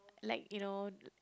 like you know